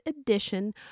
edition